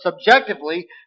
subjectively